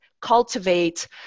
cultivate